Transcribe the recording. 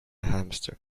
hamster